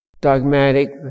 dogmatic